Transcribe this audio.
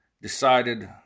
Decided